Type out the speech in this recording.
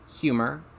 humor